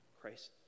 Christ